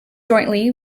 jointly